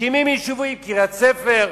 את קריית-ספר,